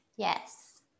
Yes